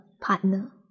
partner